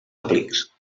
aplics